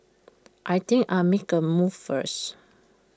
I think I'll make A move first